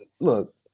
Look